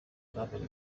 claver